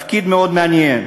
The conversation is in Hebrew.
תפקיד מאוד מעניין.